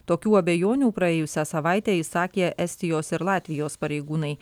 tokių abejonių praėjusią savaitę išsakė estijos ir latvijos pareigūnai